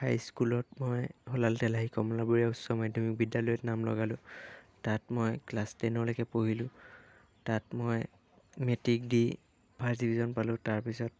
হাইস্কুলত মই সলাল তেলাহী কমলাবৰীয়া উচ্চ মাধ্যমিক বিদ্যালয়ত নাম লগালোঁ তাত মই ক্লাচ টেনলৈকে পঢ়িলোঁ তাত মই মেট্ৰিক দি ফাৰ্ষ্ট ডিভিজন পালোঁ তাৰপিছত